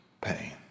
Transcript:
pain